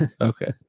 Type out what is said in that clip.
Okay